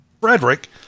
frederick